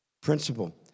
Principle